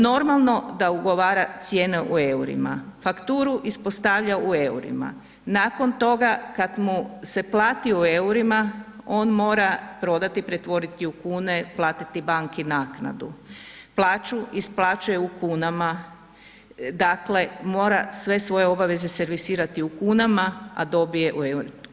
Normalno da ugovara cijene u EUR-ima, fakturu ispostavlja u EUR-ima, nakon toga kad mu se plati u EUR-ima on mora prodati, pretvoriti u kune, platiti banki naknadu, plaću isplaćuje u kunama, dakle mora sve svoje obaveze servisirati u kunama, a dobije u EUR-ima.